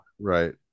right